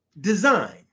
design